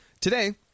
Today